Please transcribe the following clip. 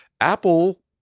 Apple